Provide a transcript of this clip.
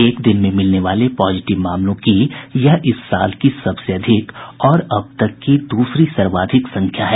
एक दिन में मिलने वाले पॉजिटिव मामलों की यह इस साल की सबसे अधिक और अब तक तक दूसरी सर्वाधिक संख्या है